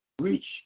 reach